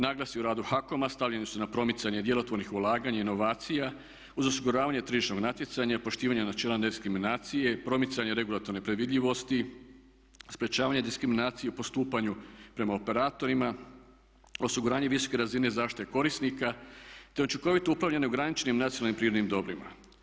Naglasci u radu Hakom-a stavljeni su na promicanje djelotvornih ulaganja, inovacija uz osiguravanje tržišnog natjecanja i poštivanja načela nediskriminacije, promicanje regulatorne predvidljivosti, sprječavanje diskriminacije u postupanju prema operatorima, osiguranje visoke razine zaštite korisnika te učinkovito upravljanje neograničenim nacionalnim prirodnim dobrima.